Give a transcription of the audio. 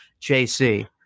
JC